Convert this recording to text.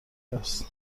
است